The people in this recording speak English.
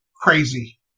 crazy